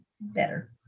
better